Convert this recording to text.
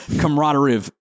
camaraderie